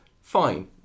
fine